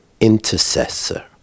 intercessor